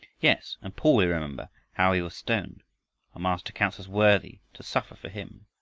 yes, and paul you remember how he was stoned. our master counts us worthy to suffer for him.